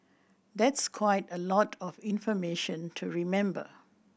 that's quite a lot of information to remember